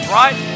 right